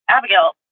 Abigail